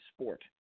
sport